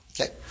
Okay